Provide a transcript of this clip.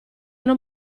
non